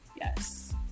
yes